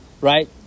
right